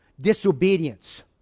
Disobedience